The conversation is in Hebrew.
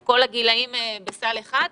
את כל הגילאים בסל אחד?